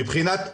מבחינת,